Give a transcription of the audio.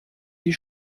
die